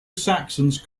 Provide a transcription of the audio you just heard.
saxons